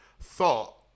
thought